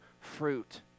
fruit